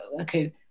okay